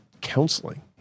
counseling